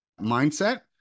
mindset